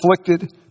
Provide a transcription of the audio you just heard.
afflicted